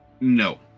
No